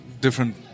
different